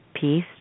peace